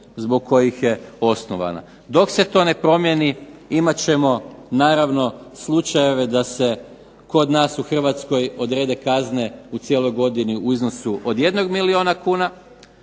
zbog kojih je osnovana. Dok se to ne promijeni imat ćemo naravno slučajeve da se kod nas u Hrvatskoj odrede kazne u cijeloj godini u iznosu od jednog milijuna kuna,